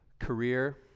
Career